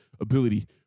ability